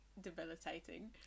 debilitating